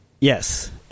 Yes